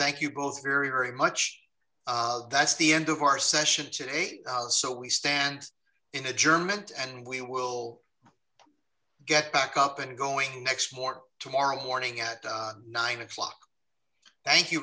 thank you both very very much that's the end of our session so we stand in germany and we will get back up and going next mark tomorrow morning at nine o'clock thank you